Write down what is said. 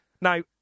Now